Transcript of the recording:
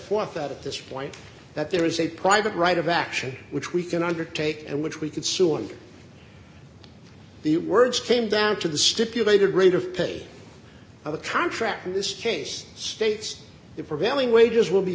forth that at this point that there is a private right of action which we can undertake and which we could sue and the words came down to the stipulated rate of pay of a contract in this case states the prevailing wages will be